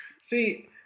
See